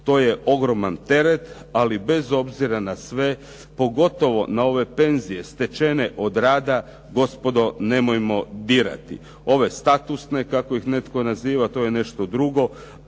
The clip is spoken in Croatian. To je ogroman teret ali bez obzira na sve pogotovo na ove penzije stečene od rada gospodo nemojmo dirati. Ove statusne kako ih je netko naziva to je nešto drugo